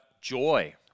joy